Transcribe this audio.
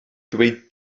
ddweud